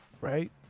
right